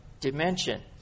dimension